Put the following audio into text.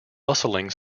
bustling